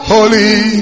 Holy